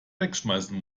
wegschmeißen